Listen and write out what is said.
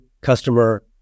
customer